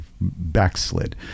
backslid